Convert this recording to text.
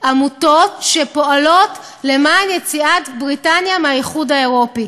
עמותות שפועלות למען יציאת בריטניה מהאיחוד האירופי?